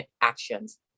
actions